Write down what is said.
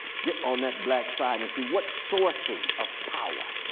get on that black side and see what sources of power.